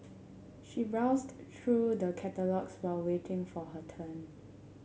she browsed through the catalogues while waiting for her turn